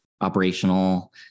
Operational